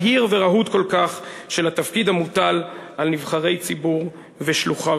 בהיר ורהוט כל כך של התפקיד המוטל על נבחרי הציבור ושלוחיו.